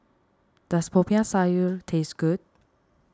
does Popiah Sayur taste good